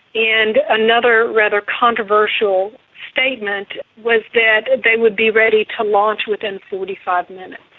and another rather controversial statement was that they would be ready to launch within forty five minutes.